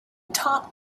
talk